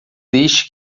deixe